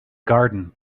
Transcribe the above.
garden